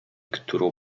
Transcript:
którą